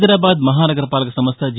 హైదరాబాద్ మహా నగర పాలక సంస్థ జీ